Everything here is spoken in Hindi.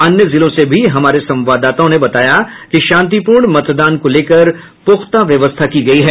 अन्य जिलों से भी हमारे संवाददाताओं ने बताया कि शांतिपूर्ण मतदान को लेकर प्रख्ता व्यवस्था की गयी है